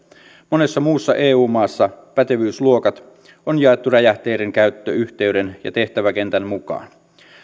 monessa muussa eu maassa pätevyysluokat on jaettu räjähteiden käyttöyhteyden ja tehtäväkentän mukaan